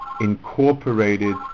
incorporated